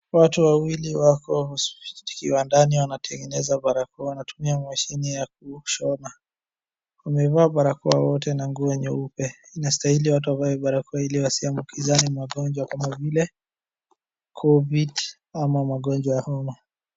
Watu wawili wako kiwandani wanatengeneza barakoa wanatumia mashine ya kushona. Wamevaa barakoa wote na nguo nyeupe. Insatahili watu wavae barakoa wasiambukizane magonjwa kama vile covid ama magonjwa ya homa.